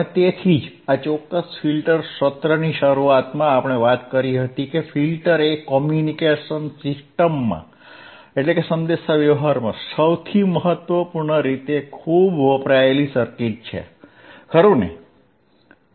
અને તેથી જ આ ચોક્કસ ફિલ્ટર સત્રની શરૂઆતમાં આપણે વાત કરી હતી કે ફિલ્ટર એ કમ્યુનિકેશન સિસ્ટમ્સમાં સૌથી મહત્વપૂર્ણ રીતે ખૂબ વપરાયેલ સર્કિટ છે ખરુંને